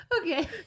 Okay